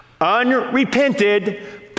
unrepented